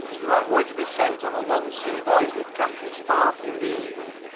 you are going to be sent on a long sea voyage with captain spark, in the eagle.